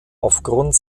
aufgrund